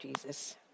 Jesus